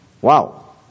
Wow